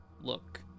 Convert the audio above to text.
look